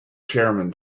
chairman